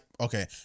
okay